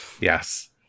Yes